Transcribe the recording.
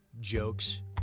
jokes